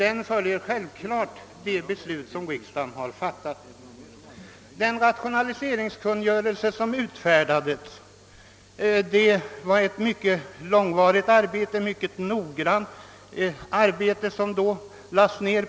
Ett mycket långvarigt och noggrant arbete nedlades på den rationaliseringskungörelse som utfärdades, och den följer självklart det beslut som riksdagen fattat.